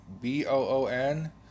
B-O-O-N